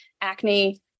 acne